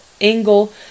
Angle